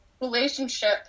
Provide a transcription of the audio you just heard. relationship